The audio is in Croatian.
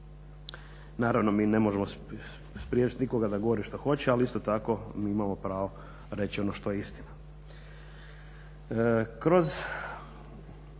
Naravno, mi ne možemo spriječit nikoga da govori što hoće, ali isto tako mi imamo pravo reći ono što je istina. Kroz